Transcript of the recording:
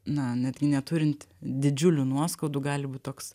na netgi neturint didžiulių nuoskaudų gali būt toks